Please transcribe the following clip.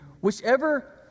whichever